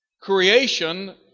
Creation